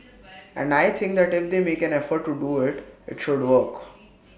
and I think that if they make an effort to do IT it should work